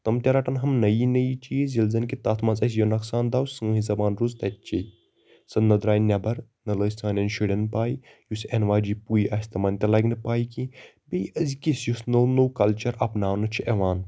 تِم تہِ رَٹن ہمنٕے یِم نہٕ یہِ چیٖز ییٚلہِ زَن کہِ تَتھ منٛز اسہِ یہِ نۄقصان درٛاو سٲنۍ زَبان روٗز تٔتۍ چی سۄ نَہ درٛاے نٮ۪بَر نَہ لٔج سانٮ۪ن شُرٮ۪ن پے یُس این واجن پُے آسہِ تِمن تہِ لَگہِ نہٕ پاے کینٛہہ یہِ أزکِس یُس نوٚو نوٚو کَلچَر اَپناونہٕ چھُ یِوان